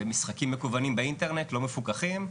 במשחקים מקוונים באינטרנט לא מפוקחים,